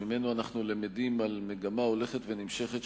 שממנו אנחנו למדים על מגמה הולכת ונמשכת